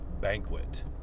Banquet